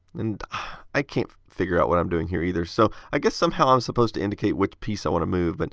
and i can't figure out what i'm doing here either. so i guess somehow i'm supposed to indicate which piece i want to move. but